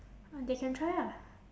they can try ah